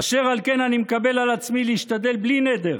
אשר על כן אני מקבל על עצמי להשתדל, בלי נדר,